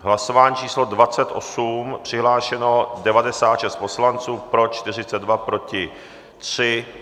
Hlasování číslo 28, přihlášeno 96 poslanců, pro 42, proti 3.